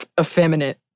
effeminate